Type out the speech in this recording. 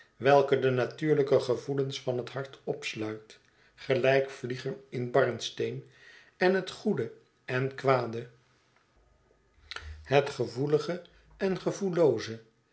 welke de natuurlijke gevoelens van het hart opsluit gelijk vliegen in barnsteen en het goede en kwade het gevoelige en